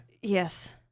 Yes